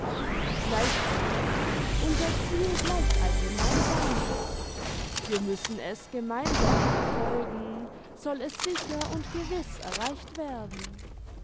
gleichviel unser ziel bleibt ein gemeinsames wir müssen es gemeinsam verfolgen soll es sicher und gewiß erreicht werden